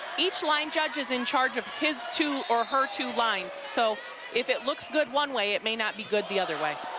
each line judge is in charge of his two or her two lines. so if it looks good one way, it may not be good the other way.